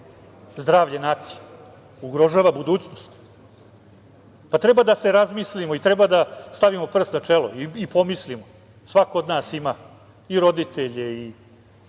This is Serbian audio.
zdravlje nacije, ugrožava budućnost. Treba da se razmislimo i treba da stavimo prst na čelo i pomislimo, svako od nas ima i roditelje i